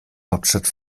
hauptstadt